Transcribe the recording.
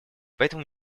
поэтому